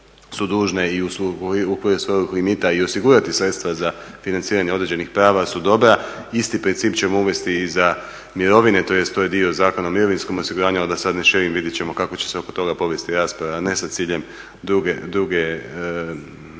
su dužne i … limita i osigurati sredstva za financiranje određenih prava su dobra, isti princip ćemo uvesti i za mirovine tj. to je dio Zakona o mirovinskom osiguranju. Ali da sad ne duljim vidjet ćemo kako će se oko toga povesti rasprava, ne sa ciljem drugih